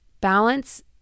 balance